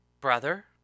Brother